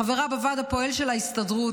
חברה בוועד הפועל של ההסתדרות,